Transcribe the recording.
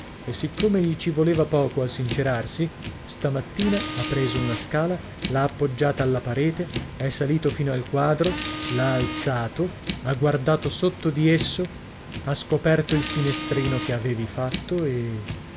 e siccome gli ci voleva poco a sincerarsi stamattina ha preso una scala l'ha appoggiata alla parete è salito fino al quadro l'ha alzato ha guardato sotto di esso ha scoperto il finestrino che avevi fatto e